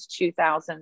2,000